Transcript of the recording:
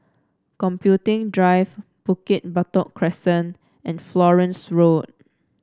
Computing Drive Bukit Batok Crescent and Florence Road